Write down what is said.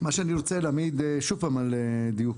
מה שאני רוצה להעמיד שוב פעם על דיוקו,